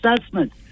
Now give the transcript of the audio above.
assessment